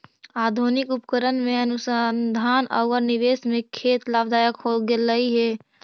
आधुनिक उपकरण में अनुसंधान औउर निवेश से खेत लाभदायक हो गेलई हे